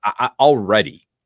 Already